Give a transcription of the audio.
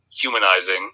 humanizing